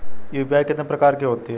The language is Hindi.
यू.पी.आई कितने प्रकार की होती हैं?